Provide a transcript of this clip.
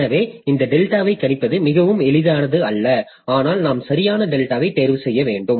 எனவே இந்த டெல்டாவை கணிப்பது மிகவும் எளிதானது அல்ல ஆனால் நாம் சரியான டெல்டாவை தேர்வு செய்ய வேண்டும்